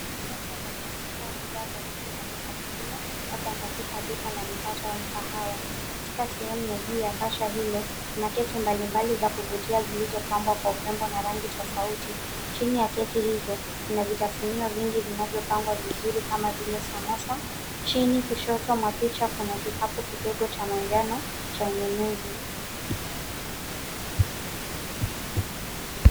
Kasha la kuonyeshea bidhaa za keki na vitafunio labda katika duka la mikate au mkahawa. Katika sehemu ya juu ya kasha hilo kuna keki mbalimbali za kuvutia zilizopambwa kwa urembo na rangi tofauti. Chini ya keki hizo kuna vitafunio vingi vinavyopangwa vizuri kama vile samosa , chini kushoto mwa picha kuna kikapu kidogo cha manjano cha ununuzi.